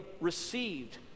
received